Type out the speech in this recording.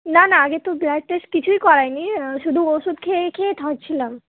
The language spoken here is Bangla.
না না আগে তো ব্লাড টেস্ট কিছুই করাই নি শুধু ওষুধ খেয়ে খেয়ে থাকছিলাম